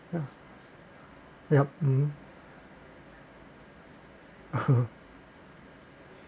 ya yup uh